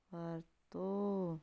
ਵਰਤੋਂ